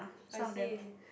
I see